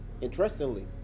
interestingly